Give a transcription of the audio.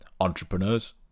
entrepreneurs